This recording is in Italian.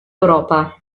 europa